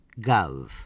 gov